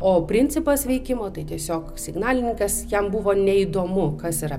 o principas veikimo tai tiesiog signalininkas jam buvo neįdomu kas yra